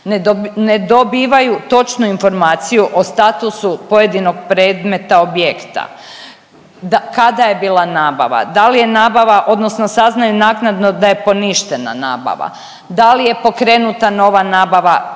Ne dobivaju točnu informaciju o statusu pojedinog predmeta objekta, kada je bila nabava, da li je nabava odnosno saznajem naknadno da je poništena nabava, da li je pokrenuta nova nabava,